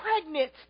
pregnant